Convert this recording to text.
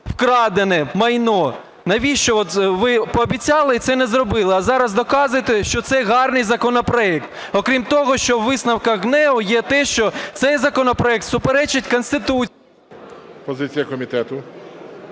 вкрадене майно. Навіщо? От ви пообіцяли і це не зробили, а зараз доказуєте, що це є гарний законопроект. Окрім того, що у висновках ГНЕУ є те, що цей законопроект суперечить Конституції… ГОЛОВУЮЧИЙ. Позиція комітету.